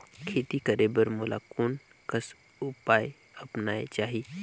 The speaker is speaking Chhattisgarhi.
खेती करे बर मोला कोन कस उपाय अपनाये चाही?